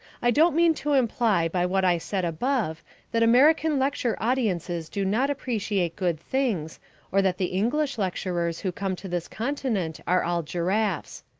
i don't mean to imply by what i said above that american lecture audiences do not appreciate good things or that the english lecturers who come to this continent are all giraffes.